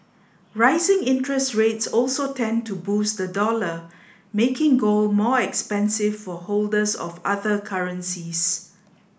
rising interest rates also tend to boost the dollar making gold more expensive for holders of other currencies